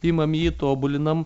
imam jį tobulinam